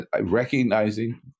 recognizing